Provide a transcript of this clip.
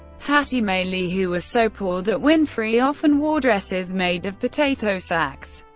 hattie mae lee, who was so poor that winfrey often wore dresses made of potato sacks,